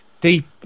deep